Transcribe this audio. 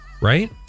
right